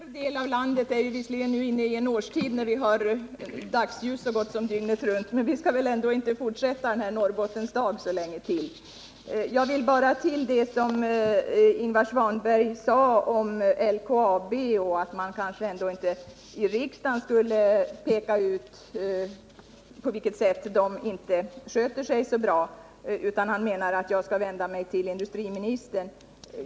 Herr talman! Vår del av landet är visserligen nu inne i en årstid när vi har dagsljus så gott som dygnet runt, men vi skall väl ändå inte fortsätta denna Norrbottensdag så länge till. Jag vill bara säga några ord med anledning av vad Ingvar Svanberg yttrade om LKAB och att man kanske ändå inte i riksdagen skulle peka ut på vilket sätt företaget inte sköter sig så bra. Ingvar Svanberg anser att jag bör vända mig till industriministern.